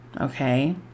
Okay